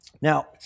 Now